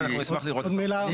אנחנו נשמח לראות את זה.